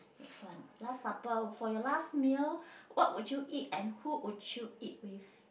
next one last supper for your last meal what would you eat and who would you eat with